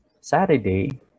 Saturday